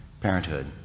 parenthood